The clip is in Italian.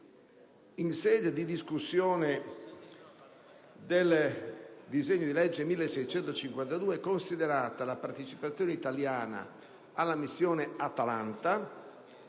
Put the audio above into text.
in sede di discussione del disegno di legge n. 1652, considerata la partecipazione italiana alla Missione Atalanta,